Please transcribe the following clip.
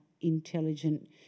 intelligent